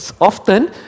often